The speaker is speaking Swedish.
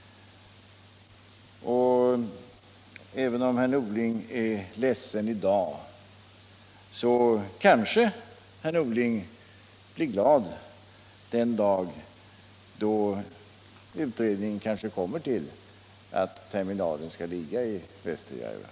Även om herr Norling är ledsen i dag, kanske han blir glad den dag då utredningen måhända kommer till att terminalen skall ligga i Västerjärva.